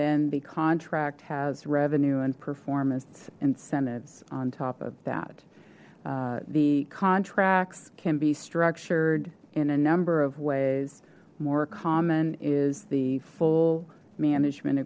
then the contract has revenue and performance incentives on top of that the contracts can be structured in a number of ways more common is the full management